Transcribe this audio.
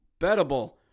bettable